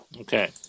Okay